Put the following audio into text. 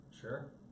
Sure